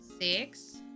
six